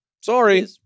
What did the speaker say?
Sorry